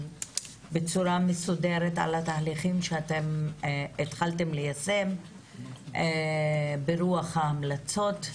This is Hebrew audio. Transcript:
התהליכים שאתם התחלתם ליישם ברוח ההמלצות,